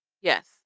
yes